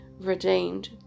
redeemed